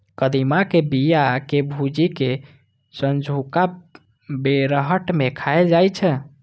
कदीमा के बिया कें भूजि कें संझुका बेरहट मे खाएल जाइ छै